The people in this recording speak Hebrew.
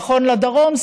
נכון לדרום.